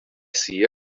see